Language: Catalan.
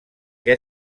que